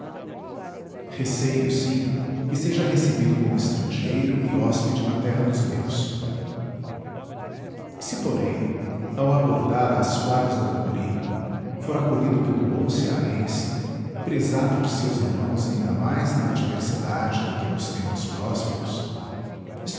receio sim que seja recebido como estrangeiro e hóspede na terra dos meus se porém ao abordar às plagas do mocoripe for acolhido pelo bom cearense prezado de seus irmãos ainda mais na adversidade do que nos tempos prósperos